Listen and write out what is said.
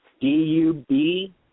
D-U-B